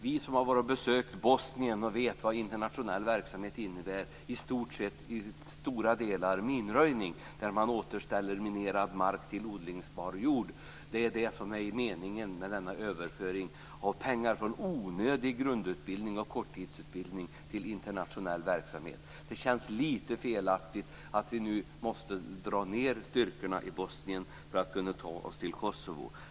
Vi har besökt Bosnien och vet vad internationell verksamhet innebär. Vårt förslag innebär till stora delar pengar till minröjning, att man återställer minerad mark till odlingsbar mark. Det är det som är meningen med denna överföring av pengar från onödig grundutbildning och korttidsutbildning till internationell verksamhet. Det känns lite fel att vi nu måste minska antalet styrkor i Bosnien för att kunna ta oss till Kosovo.